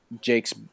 Jake's